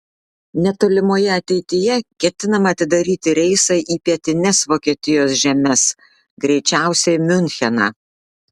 netolimoje ateityje ketinama atidaryti reisą į pietines vokietijos žemes greičiausiai miuncheną